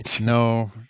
No